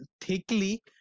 thickly